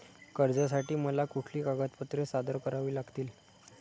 कर्जासाठी मला कुठली कागदपत्रे सादर करावी लागतील?